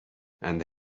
and